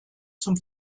zum